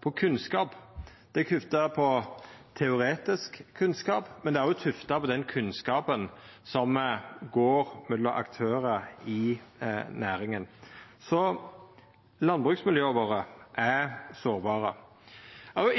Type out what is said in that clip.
på teoretisk kunnskap, men det er òg tufta på den kunnskapen som går mellom aktørar i næringa. Landbruksmiljøa våre er sårbare.